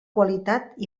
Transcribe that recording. qualitat